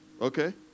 Okay